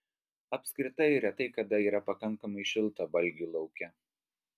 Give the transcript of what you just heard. apskritai retai kada yra pakankamai šilta valgiui lauke